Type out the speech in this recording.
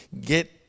get